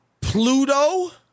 Pluto